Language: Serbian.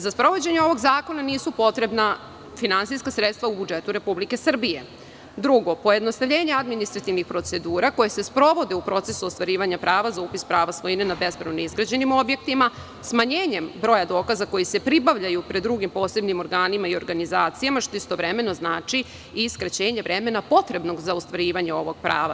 Za sprovođenje ovog zakona nisu potrebna finansijska sredstva u budžetu Republike Srbije, drugo, pojednostavljenje administrativnih procedura koje se sprovode u procesu ostvarivanja prava za upis prava svojine na bespravno izgrađenim objektima, smanjenjem broja dokaza koji se pribavljaju pred drugim posebnim organima i organizacijama, što istovremeno znači i skraćenje vremena potrebnog za ostvarivanje ovog prava.